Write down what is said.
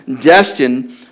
destined